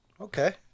Okay